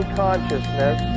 consciousness